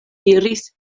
diris